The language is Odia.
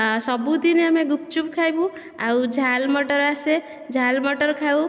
ସବୁଦିନ ଆମେ ଗୁପଚୁପ ଖାଇବୁ ଆଉ ଝାଲ ମଟର ଆସେ ଝାଲ ମଟର ଖାଉ